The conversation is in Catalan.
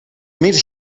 més